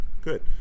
good